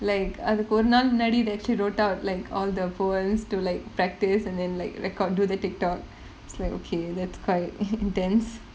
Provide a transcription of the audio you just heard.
like அதுக்கு ஒரு நாள் முன்னாடி:athukku oru naal munnaadi they actually wrote out like all the poems to like practice and then like record do the TikTok it's like okay that's quite intense